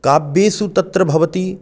काव्येषु तत्र भवति